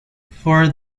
for